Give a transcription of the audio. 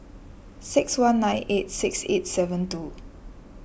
six one nine eight six eight seven two